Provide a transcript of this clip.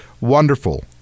Wonderful